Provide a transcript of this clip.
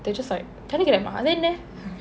they just like Telegram ah அது என்ன:athu enna